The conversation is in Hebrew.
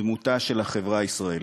דמותה של בחברה הישראלית.